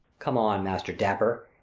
come on, master dapper,